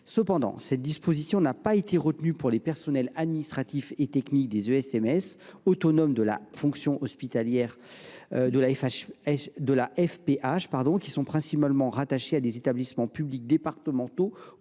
Toutefois, cette disposition n’a pas été retenue pour les personnels administratifs et techniques des ESSMS autonomes de la fonction publique hospitalière, qui sont principalement rattachés à des établissements publics départementaux